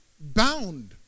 bound